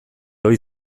ohi